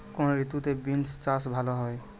কোন ঋতুতে বিন্স চাষ ভালো হয়?